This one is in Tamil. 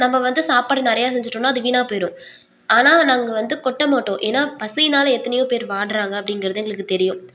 நம்ம வந்து சாப்பாடு நிறையா செஞ்சிட்டோனால் அது வீணாக போயிடும் ஆனால் நாங்கள் வந்து கொட்ட மாட்டோம் ஏன்னா பசியினால் எத்தனையோ பேர் வாடுறாங்க அப்படிங்குறது எங்களுக்குத் தெரியும்